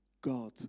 God